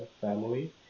family